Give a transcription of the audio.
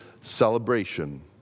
celebration